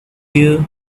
you